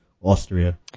Austria